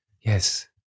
Yes